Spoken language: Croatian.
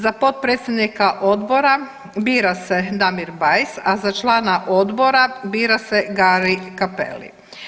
Za potpredsjednika odbora bira se Damir Bajs, a za člana odbora bira se Gari Cappelli.